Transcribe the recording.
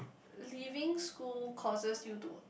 leaving school costs you to